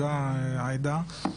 ובכלל זה גם המקלטים,